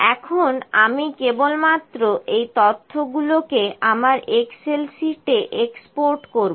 এখন আমি কেবলমাত্র এই তথ্যগুলোকে আমার এক্সেল শীট এ এক্সপোর্ট করব